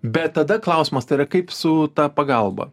bet tada klausimas tai yra kaip su ta pagalba